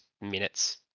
minutes